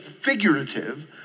figurative